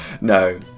no